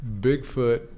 Bigfoot